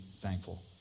thankful